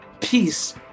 peace